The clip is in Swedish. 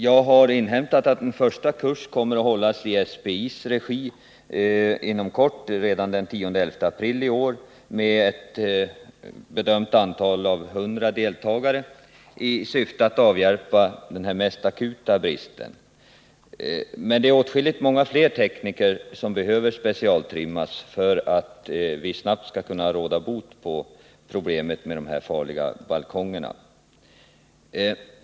Jag har inhämtat att en första kurs kommer att hållas i SPI:s regi den 10-11 april i år med ett hundratal deltagare i syfte att avhjälpa den mest akuta bristen. Men många fler tekniker behöver specialtrimmas för att vi snabbt skall kunna lösa problemet med de farliga balkongerna.